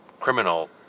criminal